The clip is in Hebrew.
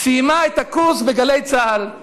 סיימה את הקורס בגלי צה"ל.